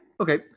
Okay